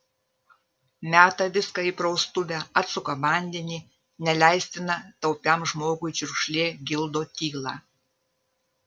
meta viską į praustuvę atsuka vandenį neleistina taupiam žmogui čiurkšlė gildo tylą